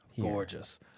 Gorgeous